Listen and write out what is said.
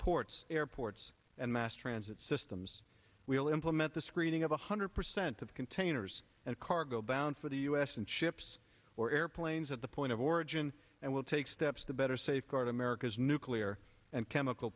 ports airports and mass transit systems we will implement the screening of one hundred percent of containers and cargo bound for the u s and ships or airplanes at the point of origin and will take steps to better safeguard america's nuclear and chemical